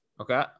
Okay